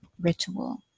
ritual